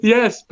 Yes